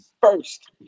first